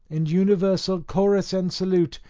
in universal chorus and salute,